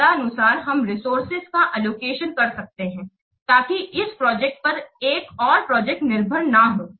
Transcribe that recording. तदनुसार हम रिसोर्से का अलोकेशन कर सकते हैं ताकि इस प्रोजेक्ट पर एक और प्रोजेक्ट निर्भर ना हो